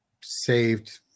saved